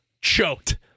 choked